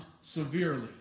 severely